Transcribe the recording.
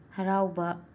ꯍꯔꯥꯎꯕ